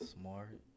smart